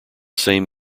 same